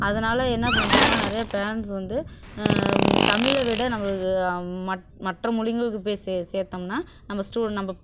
அதனால என்ன பண்ணுறாங்க நிறைய பேரண்ட்ஸ் வந்து தமிழை விட நம்மளுக்கு மத் மற்ற மொழிகளுக்கு போய் சே சேர்த்தோம்னா நம்ம ஸ்டூ நம்ம